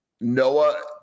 Noah